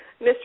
Mr